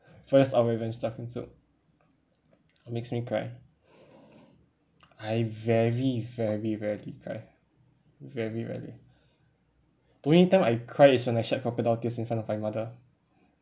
first I will avenge shark fin's soup it makes me cry I very very rarely cry very rarely the only time I cry is when I shed crocodile tears in front of my mother